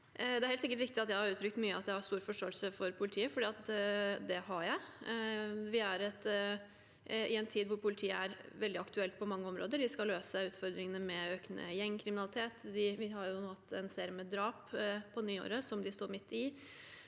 Det er helt sikkert riktig at jeg mange ganger har uttrykt at jeg har stor forståelse for politiet, for det har jeg. Vi er i en tid hvor politiet er veldig aktuelle på mange områder. De skal løse utfordringene med økende gjengkriminalitet, vi har hatt en serie med drap på nyåret som de står midt i,